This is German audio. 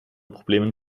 problemen